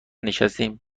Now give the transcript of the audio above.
نشستیم